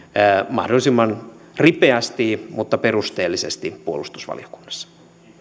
mahdollisimman ripeästi mutta perusteellisesti puolustusvaliokunnassa